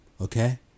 Okay